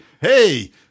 hey